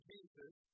Jesus